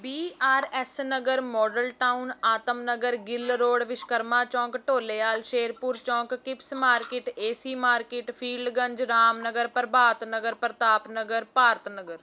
B R S Nagar model town Atam Nagar Gill road Vishwakarma Chowk Dholewal Sherpur Chowk Kipps market A C market field Ganj Ramnagar Prabhat Nagar Partap Nagar Bharat Nagar